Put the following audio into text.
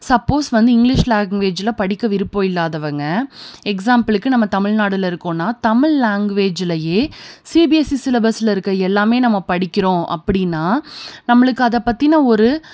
suppose வந்து English லாங்குவேஜில் படிக்க விருப்பம் இல்லாதவங்க எக்ஸாம்பிளுக்கு நம்ம தமிழ்நாட்டில் இருக்கோன்னால் தமிழ் லாங்குவேஜ்லேயே சிபிஎஸ்இ சிலபஸில் இருக்கற எல்லாமே நம்ம படிக்கிறோம் அப்படின்னா நம்மளுக்கு அதை பற்றின ஒரு